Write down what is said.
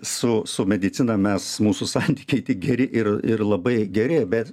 su su medicina mes mūsų santykiai tik geri ir ir labai geri bet